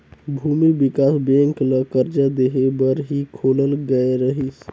भूमि बिकास बेंक ल करजा देहे बर ही खोलल गये रहीस